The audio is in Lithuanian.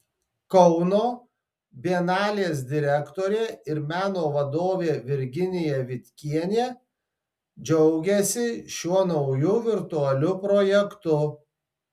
kauno bienalės direktorė ir meno vadovė virginija vitkienė džiaugiasi šiuo nauju virtualiu projektu